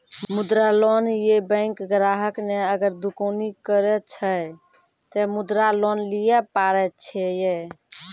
मुद्रा लोन ये बैंक ग्राहक ने अगर दुकानी करे छै ते मुद्रा लोन लिए पारे छेयै?